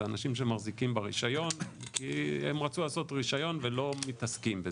זה אנשים שמחזיקים ברישיון כי הם רצו לעשות רישיון ולא מתעסקים בזה.